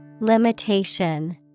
Limitation